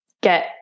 get